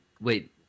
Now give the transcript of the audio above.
wait